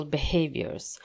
Behaviors